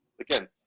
Again